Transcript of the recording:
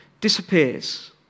disappears